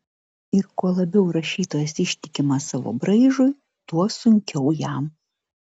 ir kuo labiau rašytojas ištikimas savo braižui tuo sunkiau jam